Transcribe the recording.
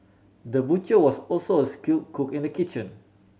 the butcher was also a skilled cook in the kitchen